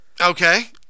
okay